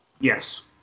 Yes